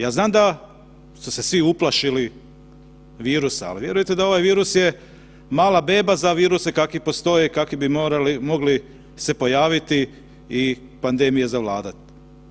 Ja znam da su se svi uplašili virusa, ali vjerujte da ovaj virus je mala beba kakvi postoje i kakvi bi mogli se pojaviti i pandemija zavladat.